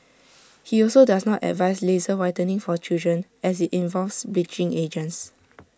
he also does not advise laser whitening for children as IT involves bleaching agents